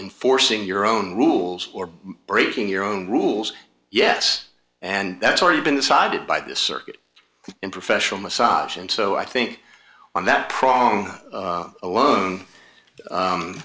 enforcing your own rules or breaking your own rules yes and that's already been decided by the circuit in professional massage and so i think on that prong alone